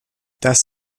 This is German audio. das